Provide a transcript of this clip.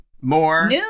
More